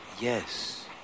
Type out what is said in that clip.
Yes